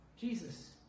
Jesus